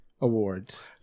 awards